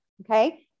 Okay